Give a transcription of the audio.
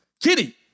Kitty